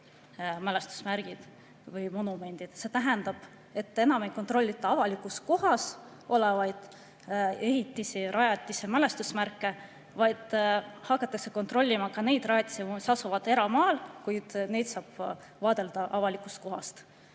See tähendab, et enam ei kontrollita avalikus kohas olevaid ehitisi, rajatisi ja mälestusmärke, vaid hakatakse kontrollima ka neid rajatisi, mis asuvad eramaal, kuid neid saab vaadelda avalikust kohast.